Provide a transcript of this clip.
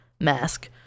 mask